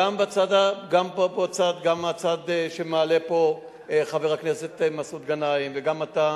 גם הצד שמעלה פה חבר הכנסת מסעוד גנאים, וגם אתה,